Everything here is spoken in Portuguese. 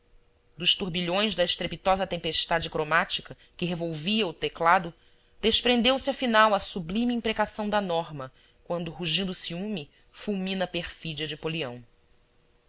dos turbilhões da estrepitosa tempestade cromática que revolvia o teclado desprendeu-se afinal a sublime imprecação da norma quando rugindo ciúme fulmina a perfídia de polião